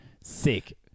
Sick